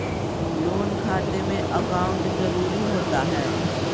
Loan खाते में account जरूरी होता है?